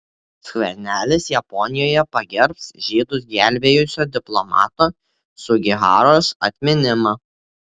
skvernelis japonijoje pagerbs žydus gelbėjusio diplomato sugiharos atminimą